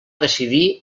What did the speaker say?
decidir